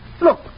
Look